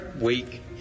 week